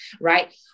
Right